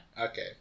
Okay